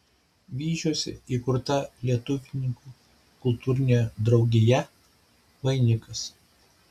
vyžiuose įkurta lietuvininkų kultūrinė draugija vainikas